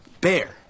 Bear